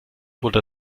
wurde